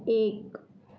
एक